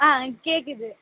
ஆ கேட்குது